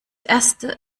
erste